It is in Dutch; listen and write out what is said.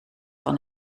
van